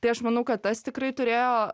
tai aš manau kad tas tikrai turėjo